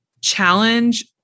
challenge